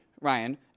Ryan